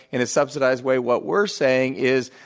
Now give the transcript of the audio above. in a subsidized way. what we're saying is,